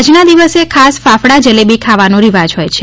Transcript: આજના દિવસે ખાસ ફાફડા જલેબી ખાવાનો રિવાજ હોય છે